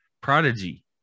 Prodigy